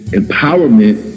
empowerment